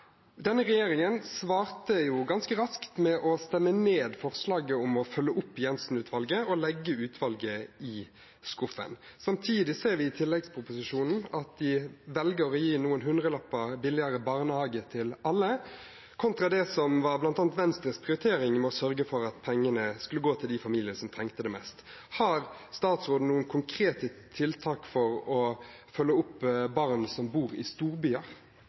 Denne regjeringen svarte ganske raskt med å stemme ned forslaget om å følge opp Jenssen-utvalget og legge utvalgsrapporten i skuffen. Samtidig ser vi i tilleggsproposisjonen at de velger å gi noen hundrelapper billigere barnehager til alle – kontra det som var bl.a. Venstres prioritering, å sørge for at pengene skulle gå til de familiene som trenger det mest. Har statsråden noen konkrete tiltak for å følge opp barn som bor i storbyer?